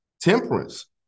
Temperance